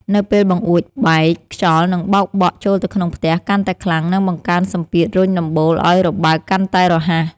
នៅពេលបង្អួចបែកខ្យល់នឹងបោកបក់ចូលទៅក្នុងផ្ទះកាន់តែខ្លាំង និងបង្កើនសម្ពាធរុញដំបូលឱ្យរបើកកាន់តែរហ័ស។